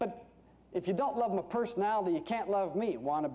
but if you don't love my personality you can't love me want to